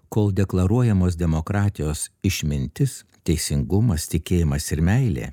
kol deklaruojamos demokratijos išmintis teisingumas tikėjimas ir meilė